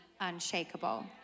unshakable